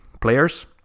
players